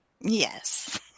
Yes